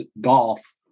golf